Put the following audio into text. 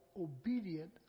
obedient